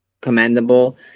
commendable